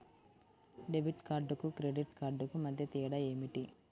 Debit కార్డుకు credit కార్డుకు మధ్య తేడా ఏమిటీ?